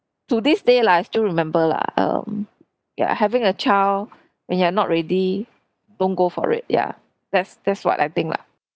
to this day lah I still remember lah um ya having a child when you're not ready don't go for it yeah that's that's what I think lah